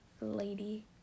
lady